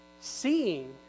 Seeing